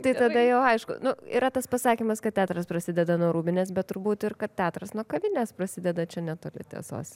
tai tada jau aišku nu yra tas pasakymas kad teatras prasideda nuo rūbinės bet turbūt ir kad teatras nuo kavinės prasideda čia netoli tiesos